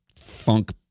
funk